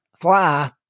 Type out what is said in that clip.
fly